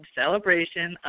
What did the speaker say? celebration